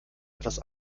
etwas